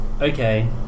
Okay